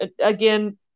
again